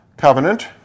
covenant